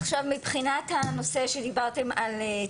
לפי הנתונים של משרד הבריאות נכון לסוף